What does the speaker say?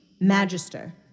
Magister